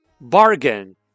Bargain